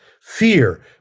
fear